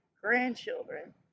grandchildren